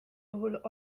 juhul